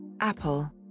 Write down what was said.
Apple